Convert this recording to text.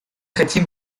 хотим